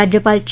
राज्यपाल चे